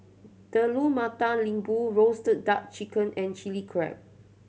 Telur Mata Lembu roasted duck chicken and Chilli Crab